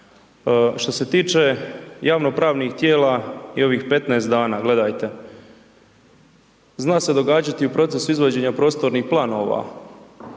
Što se tiče javno-pravnih tijela i ovih 15 dana, gledajte zna se događati u procesu izvođenja prostornih planova